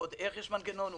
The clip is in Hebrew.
ועוד איך יש מנגנון כזה,